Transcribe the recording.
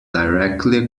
directly